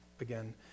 again